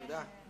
תודה.